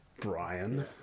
brian